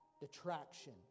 detraction